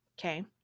Okay